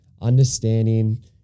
understanding